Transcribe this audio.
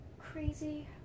crazy